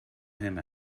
him